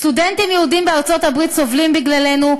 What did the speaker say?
סטודנטים יהודים בארצות-הברית סובלים בגללנו,